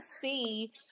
see